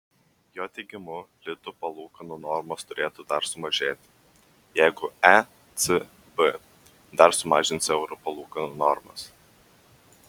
jo teigimu litų palūkanų normos turėtų dar sumažėti jeigu ecb dar sumažins euro palūkanų normas